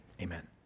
amen